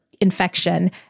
infection